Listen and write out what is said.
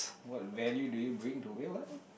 what value do you bring to eh what